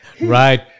right